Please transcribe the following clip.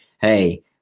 hey